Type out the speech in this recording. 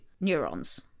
neurons